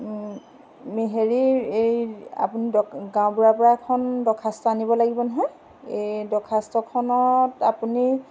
হেৰিৰ আপুনি গাঁওবুঢ়াৰ পৰা এখন দৰ্খাস্ত আনিব লাগিব নহয় দৰ্খাস্তখনত আপুনি